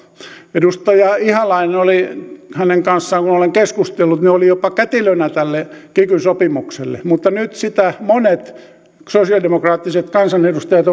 edustaja ihalainen hänen kanssaan kun olen keskustellut oli jopa kätilönä tälle kiky sopimukselle mutta nyt sitä monet sosialidemokraattiset kansanedustajat